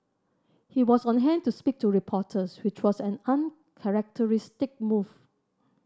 he was on hand to speak to reporters which was an move